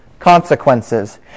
Consequences